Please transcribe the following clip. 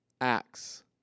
Acts